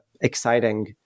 exciting